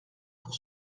pour